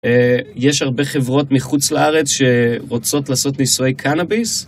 יש הרבה חברות מחוץ לארץ שרוצות לעשות ניסוי קנאביס?